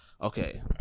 Okay